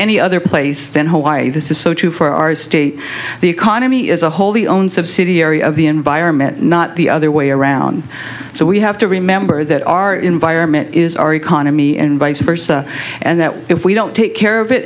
any other place than hawaii this is so true for our state the economy is a wholly owned subsidiary of the environment not the other way around so we have to remember that our environment is our economy and vice versa and that if we don't take care of it